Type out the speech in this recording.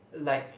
like